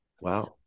Wow